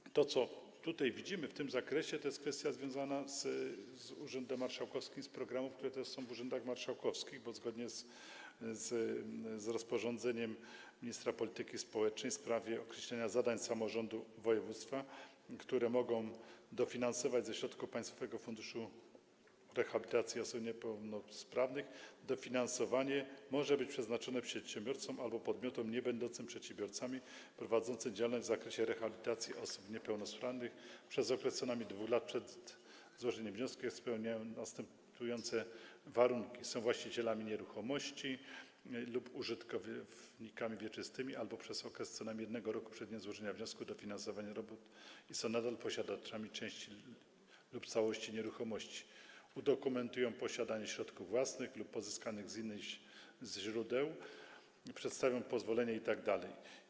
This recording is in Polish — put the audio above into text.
I to, co widzimy w tym zakresie, to jest kwestia związana z urzędem marszałkowskim, z programami, które są teraz w urzędach marszałkowskich, bo zgodnie z rozporządzeniem ministra polityki społecznej w sprawie określenia zadań samorządu województwa, które mogą być dofinansowane ze środków Państwowego Funduszu Rehabilitacji Osób Niepełnosprawnych, dofinansowanie może być przeznaczone dla przedsiębiorców albo podmiotów niebędących przedsiębiorcami, prowadzących działalność w zakresie rehabilitacji osób niepełnosprawnych przez okres co najmniej 2 lat przed złożeniem wniosku, jeśli spełniają następujące warunki: są właścicielami nieruchomości lub użytkownikami wieczystymi albo byli przez okres co najmniej 1 roku przed dniem złożenia wniosku o dofinansowanie robót i są nadal posiadaczami części lub całości nieruchomości, udokumentują posiadanie środków własnych lub pozyskanych z innych źródeł, przedstawią pozwolenia itd.